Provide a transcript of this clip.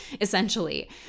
essentially